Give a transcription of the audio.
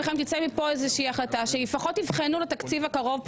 איזושהי החלטה שלפחות יבחנו בתקציב הקרוב את